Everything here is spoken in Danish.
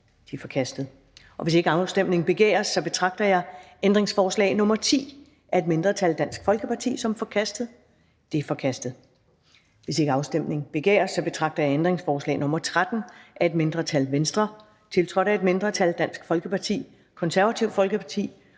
Det er forkastet. Hvis ikke afstemning begæres, betragter jeg ændringsforslag nr. 10 af et mindretal (DF) som forkastet. Det er forkastet. Hvis ikke afstemning begæres, betragter jeg ændringsforslag nr. 13 af et mindretal (V), tiltrådt af et mindretal (DF, KF og Susanne Zimmer